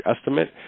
estimate